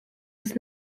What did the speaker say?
was